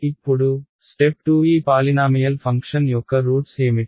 ఇప్పుడు స్టెప్ 2 ఈ polynomial function యొక్క రూట్స్ ఏమిటి